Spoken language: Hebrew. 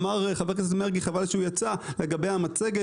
אמר חבר הכנסת מרגי חבל שהוא יצא לגבי המצגת,